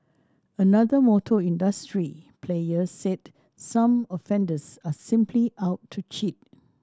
another motor industry player said some offenders are simply out to cheat